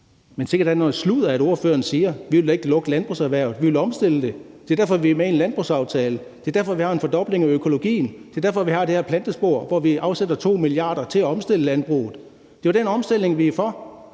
Men sikke da noget sludder, ordføreren siger! Vi vil da ikke lukke landbrugserhvervet, vi vil omstille det. Det er derfor, vi er med i en landbrugsaftale. Det er derfor, vi har en fordobling af økologien. Det er derfor, vi har det her plantespor, hvor vi afsætter 2 mia. kr. til at omstille landbruget. Det er jo den omstilling, vi er for.